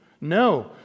No